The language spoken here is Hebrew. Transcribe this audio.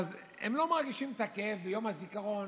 אז הם לא מרגישים את הכאב ביום הזיכרון.